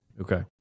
Okay